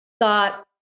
thought